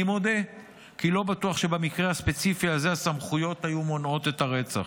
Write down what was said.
אני מודה כי לא בטוח שבמקרה הספציפי הזה הסמכויות היו מונעות את הרצח,